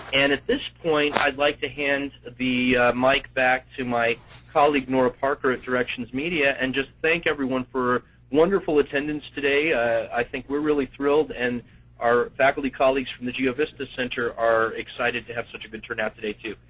and at this point i'd like to hand the mic back to my colleague, nora parker, at directions media. and just thank everyone for wonderful attendance today. i think we're really thrilled. and our faculty colleagues from the geovista center are excited to have such a good turnout today, too.